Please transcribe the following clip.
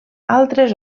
altres